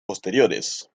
posteriores